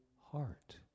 heart